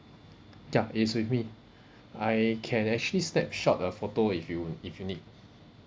yup it's with me I can actually snapshot a photo if you if you need